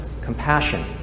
compassion